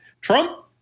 Trump